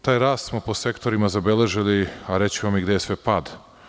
Taj rast smo po sektorima zabeležili, a reći ću vam gde je sve pad.